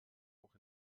auch